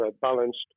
balanced